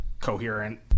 coherent –